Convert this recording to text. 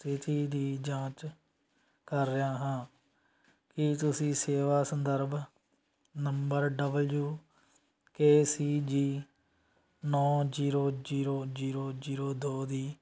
ਸਥਿਤੀ ਦੀ ਜਾਂਚ ਕਰ ਰਿਹਾ ਹਾਂ ਕੀ ਤੁਸੀਂ ਸੇਵਾ ਸੰਦਰਭ number W K C G ਨੌਂ ਜੀਰੋ ਜੀਰੋ ਜੀਰੋ ਜੀਰੋ ਦੋ ਦੀ